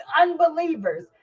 unbelievers